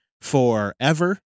forever